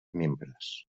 membres